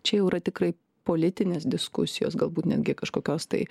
čia jau yra tikrai politinės diskusijos galbūt netgi kažkokios tai